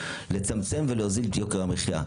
לצמצום ולהוזיל את יוקר המחיה.